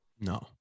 No